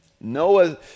Noah